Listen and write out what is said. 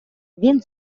він